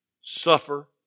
suffer